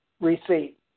receipt